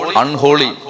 unholy